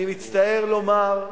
אני מצטער לומר,